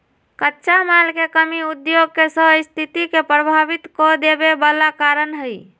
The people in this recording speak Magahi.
कच्चा माल के कमी उद्योग के सस्थिति के प्रभावित कदेवे बला कारण हई